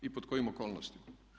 I pod kojim okolnostima?